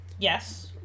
Yes